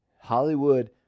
Hollywood